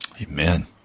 Amen